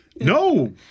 No